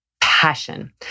passion